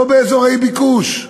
לא באזורי ביקוש.